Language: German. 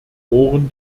ohren